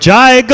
Jai